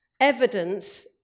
Evidence